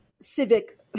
civic